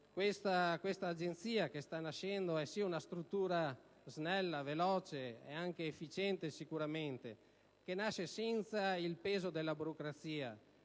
L'Agenzia che sta nascendo è una struttura snella, veloce ed anche efficiente e nasce senza il peso della burocrazia.